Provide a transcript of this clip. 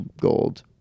gold